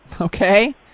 Okay